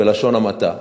בלשון המעטה.